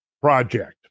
project